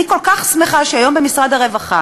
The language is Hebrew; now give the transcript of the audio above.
אני כל כך שמחה שהיום נמצא במשרד הרווחה